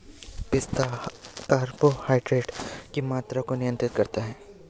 पिस्ता कार्बोहाइड्रेट की मात्रा को नियंत्रित करता है